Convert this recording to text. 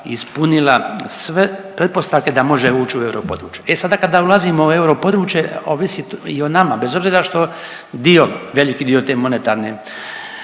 ispunila sve pretpostavke da može ući u europodručje. E sada kada ulazimo u europodručje ovisi i o nama bez obzira što dio, veliki dio te monetarne